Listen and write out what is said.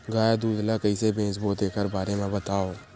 गाय दूध ल कइसे बेचबो तेखर बारे में बताओ?